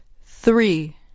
three